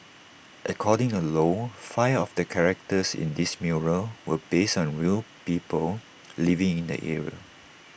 according to low five of the characters in this mural were based on real people living in the area